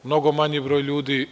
Mnogo manji broj ljudi.